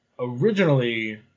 originally